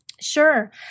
Sure